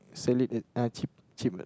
sell it at uh cheap cheap [what]